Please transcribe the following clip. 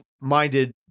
minded